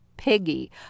piggy